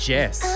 Jess